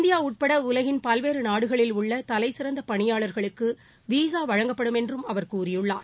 India உட்பட உலகின் பல்வேறு நாடுகளில் உள்ள தலைசிறந்த பணியாளர்களுக்கு விசா வழங்கப்படும் என்றும் அவர் கூறியுள்ளார்